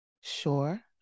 Sure